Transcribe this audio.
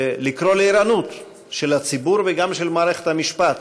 לקרוא לערנות של הציבור וגם של מערכת המשפט.